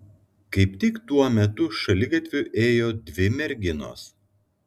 kaip tik tuo metu šaligatviu ėjo dvi merginos